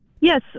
Yes